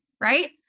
right